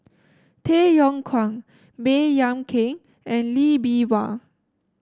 Tay Yong Kwang Baey Yam Keng and Lee Bee Wah